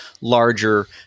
larger